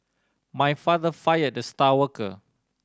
my father fired the star worker